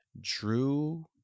Drew